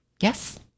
Yes